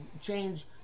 change